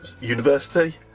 university